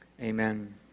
Amen